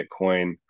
Bitcoin